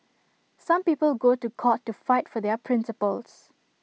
some people go to court to fight for their principles